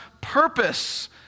purpose